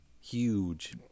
Huge